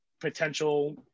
potential